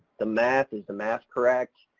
the math, is the math correct.